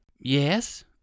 Yes